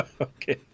Okay